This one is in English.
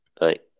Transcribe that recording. Right